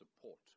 support